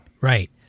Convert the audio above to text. Right